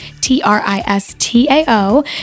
T-R-I-S-T-A-O